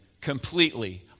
completely